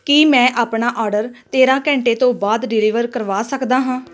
ਕੀ ਮੈਂ ਆਪਣਾ ਆਰਡਰ ਤੇਰ੍ਹਾਂ ਘੰਟੇ ਤੋਂ ਬਾਅਦ ਡਿਲੀਵਰ ਕਰਵਾ ਸਕਦਾ ਹਾਂ